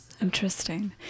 Interesting